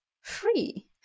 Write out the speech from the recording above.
free